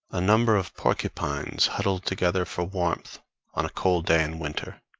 a number of porcupines huddled together for warmth on a cold day in winter